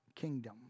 kingdom